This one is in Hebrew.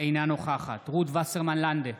אינה נוכחת רות וסרמן לנדה,